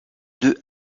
deux